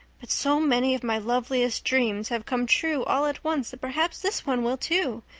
but so many of my loveliest dreams have come true all at once that perhaps this one will, too.